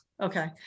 Okay